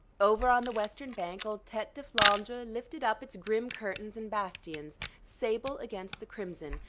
over on the western bank old tete de flandre lifted up its grim curtains and bastions, sable against the crimson,